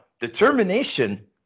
determination